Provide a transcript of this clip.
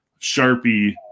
Sharpie